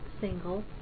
single